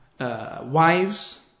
wives